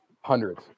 Hundreds